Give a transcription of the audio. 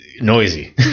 noisy